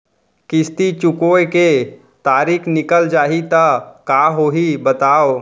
किस्ती चुकोय के तारीक निकल जाही त का होही बताव?